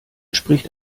spricht